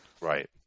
Right